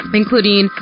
including